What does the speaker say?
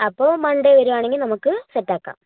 ആ അപ്പോൾ മൺഡേ വരുവാണെങ്കിൽ നമ്മൾക്ക് സെറ്റ് ആക്കാം